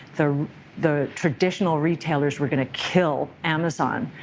the the traditional retailers were going to kill amazon.